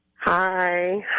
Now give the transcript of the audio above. Hi